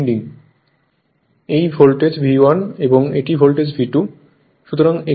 এই voltage V1 এবং এটি ভোল্টেজ V2